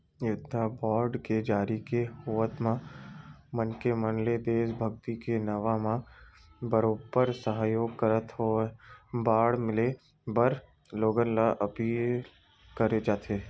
युद्ध बांड के जारी के होवब म मनखे मन ले देसभक्ति के नांव म बरोबर सहयोग करत होय बांड लेय बर लोगन ल अपील करे जाथे